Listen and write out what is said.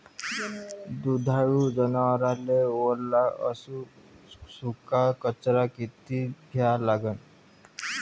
दुधाळू जनावराइले वला अस सुका चारा किती द्या लागन?